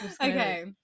okay